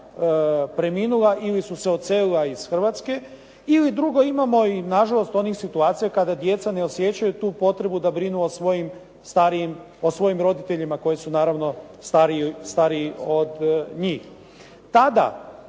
preminula, ili su se odselila iz Hrvatske. Ili drugo, imamo i nažalost onih situacija kada djeca ne osjećaju tu potrebu da brinu o svojim starijim, o svojim roditeljima koji su naravno stariji od njih. Tada